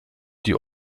die